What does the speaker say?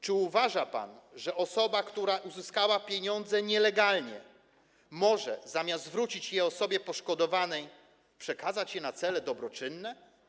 Czy uważa pan, że osoba, która uzyskała pieniądze nielegalnie, może, zamiast zwrócić je osobie poszkodowanej, przekazać je na cele dobroczynne?